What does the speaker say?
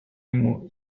нему